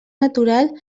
natural